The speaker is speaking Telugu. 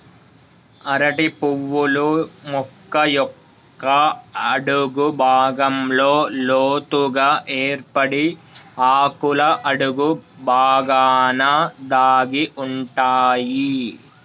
అరటి పువ్వులు మొక్క యొక్క అడుగు భాగంలో లోతుగ ఏర్పడి ఆకుల అడుగు బాగాన దాగి ఉంటాయి